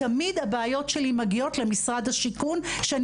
תמיד הבעיות שלי מגיעות למשרד השיכון שאני